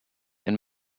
and